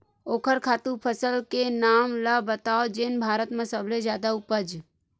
ओखर खातु फसल के नाम ला बतावव जेन भारत मा सबले जादा उपज?